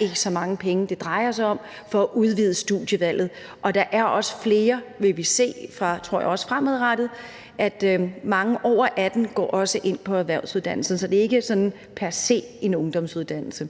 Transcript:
ikke så mange penge, det drejer sig om for at udvide studievalget, og jeg tror også, vi fremadrettet vil se, at der er mange over 18 år, der går ind på erhvervsuddannelserne. Så det er ikke sådan per se en ungdomsuddannelse.